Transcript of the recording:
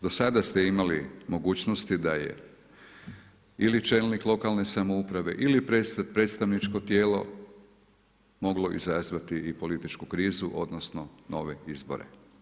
Do sada ste imali mogućnosti da je ili čelnik lokalne samouprave ili predstavničko tijelo moglo izazvati i političku krizu, odnosno nove izbore.